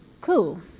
Cool